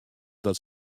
dat